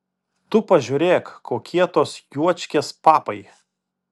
tu pažiūrėk kokie tos juočkės papai